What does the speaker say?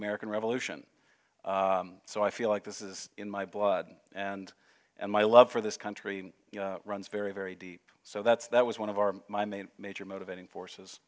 american revolution so i feel like this is in my blood and and my love for this country runs very very deep so that's that was one of our my main major motivating forces